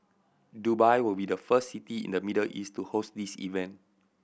Dubai will be the first city in the Middle East to host this event